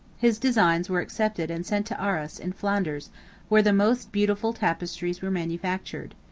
his designs were accepted and sent to arras in flanders where the most beautiful tapestries were manufactured.